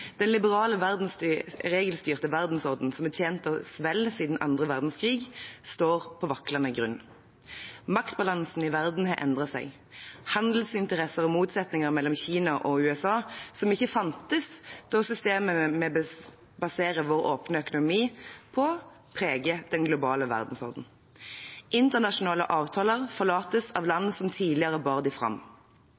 Den liberale, regelstyrte verdensordenen som har tjent oss vel siden annen verdenskrig, står på vaklende grunn. Maktbalansen i verden har endret seg, handelsinteresser og motsetninger mellom Kina og USA som ikke fantes da systemet vi baserer vår åpne økonomi på, ble laget, preger den globale verdensorden. Internasjonale avtaler forlates av land